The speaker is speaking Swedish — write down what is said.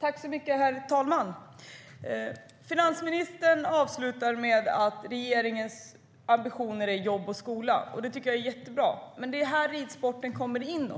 Herr talman! Finansministern säger att regeringens ambitioner gäller jobb och skola. Det tycker jag är jättebra. Men även här kommer ridsporten in.